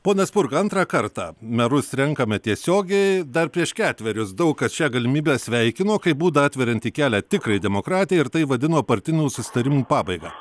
ponas spurga antrą kartą merus renkame tiesiogiai dar prieš ketverius daug kas šią galimybę sveikinu kaip būdą atveriantį kelią tikrai demokratijai ir tai vadino partinių susitarimų pabaiga